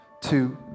two